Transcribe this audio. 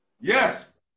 Yes